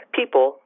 people